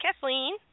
Kathleen